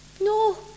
No